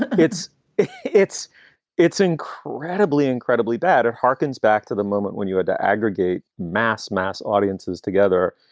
it's it's it's incredibly, incredibly bad. it harkens back to the moment when you had to aggregate mass mass audiences together.